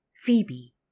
Phoebe